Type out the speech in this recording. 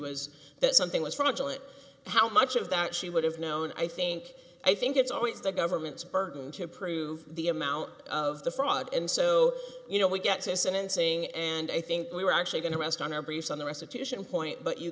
was that something was fraudulent how much of that she would have known i think i think it's always the government's burden to prove the amount of the fraud and so you know we get to sentencing and i think we were actually going to rest on our briefs on the restitution point but you